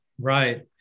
Right